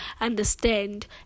understand